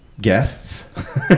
guests